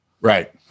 Right